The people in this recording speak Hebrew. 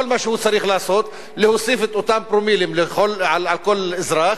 כל מה שהוא צריך לעשות זה להוסיף את אותם פרומילים על כל אזרח,